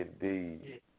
indeed